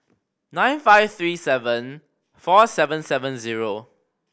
nine five three seven four seven seven zero